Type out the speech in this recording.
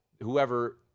whoever